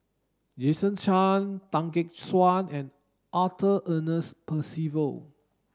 Jason Chan Tan Gek Suan and Arthur Ernest Percival